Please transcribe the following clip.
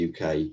UK